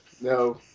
No